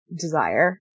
desire